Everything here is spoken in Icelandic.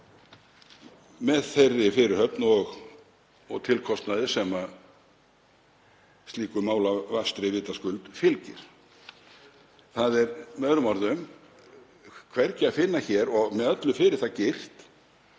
með þeirri fyrirhöfn og tilkostnaði sem slíku málavafstri vitaskuld fylgir. Það er með öðrum orðum hvergi að finna hér og með öllu fyrir það girt